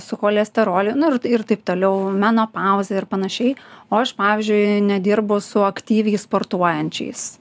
su cholesteroliu nu ir ir taip toliau menopauzė ir panašiai o aš pavyzdžiui nedirbu su aktyviai sportuojančiais